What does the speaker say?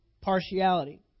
partiality